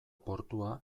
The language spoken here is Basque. portua